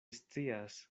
scias